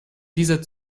dieser